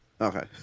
Okay